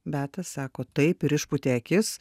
beata sako taip ir išpūtė akis